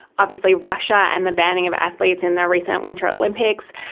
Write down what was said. obviously russia and the banning of athletes in the recent winter olympics,